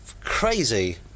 crazy